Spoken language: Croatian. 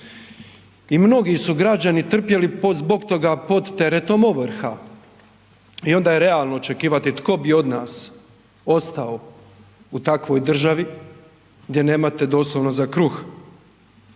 i mnogi su građani trpjeli zbog toga pod teretom ovrha i onda je realno očekivati tko bi od nas ostao u takvoj državi gdje nemate doslovno za kruh